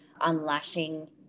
unlashing